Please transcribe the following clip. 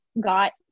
got